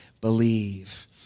Believe